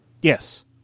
Yes